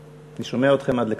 אני שומע אתכם עד לכאן.